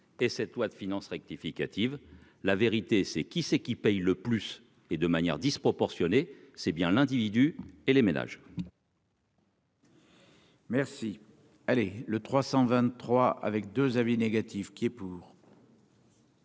et cette loi de finances rectificative, la vérité c'est qui c'est qui paye le plus et de manière disproportionnée, c'est bien l'individu et les ménages. Merci, allez le 323 avec 2 avis négatifs qui est pour.